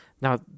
Now